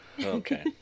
Okay